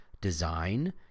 design